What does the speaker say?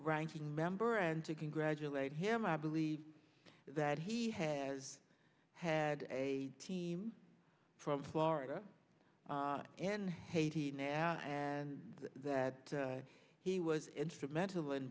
ranking member and to congratulate him i believe that he has had a team from florida and haiti now and that he was instrumental in